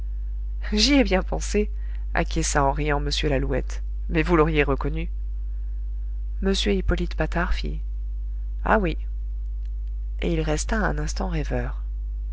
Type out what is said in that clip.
j'y ai bien pensé acquiesça en riant m lalouette mais vous l'auriez reconnu m hippolyte patard fit ah oui et il resta un instant rêveur